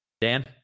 Dan